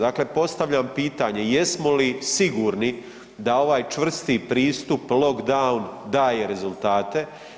Dakle, postavljam pitanje, jesmo li sigurni da ovaj čvrsti pristup, lockdown da je rezultate?